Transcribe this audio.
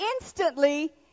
Instantly